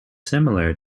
similar